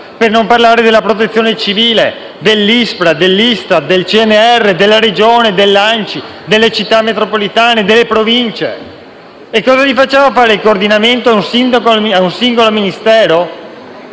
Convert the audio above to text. per non parlare della Protezione civile, dell'ISPRA, dell'ISTAT, del CNR, della Regione, dell'ANCI, delle Città metropolitane e delle Province. Facciamo fare invece il coordinamento a un singolo Ministero?